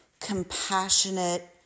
compassionate